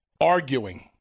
arguing